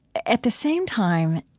at the same time,